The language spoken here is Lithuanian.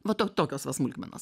va tau tokios va smulkmenos